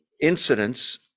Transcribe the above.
incidents